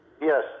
Yes